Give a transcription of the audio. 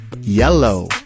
Yellow